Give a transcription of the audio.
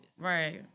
Right